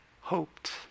hoped